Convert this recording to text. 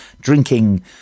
drinking